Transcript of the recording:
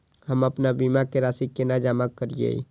हम आपन बीमा के राशि केना जमा करिए?